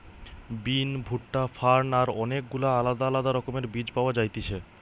বিন, ভুট্টা, ফার্ন আর অনেক গুলা আলদা আলদা রকমের বীজ পাওয়া যায়তিছে